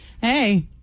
Hey